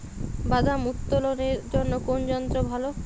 বাদাম উত্তোলনের জন্য কোন যন্ত্র ভালো?